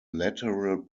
lateral